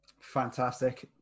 Fantastic